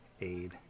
aid